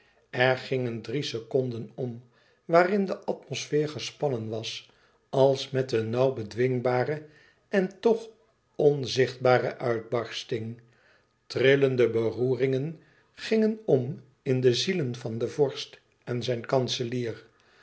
er gingen drie seconden om waarin de atmosfeer gespannen was als met een nauw bedwingbare en toch onzichtbare uitbarsting trillende beroeringen gingen om in de zielen van den vorst en zijn kanselier